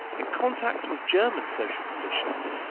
in contact with german social conditions,